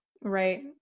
Right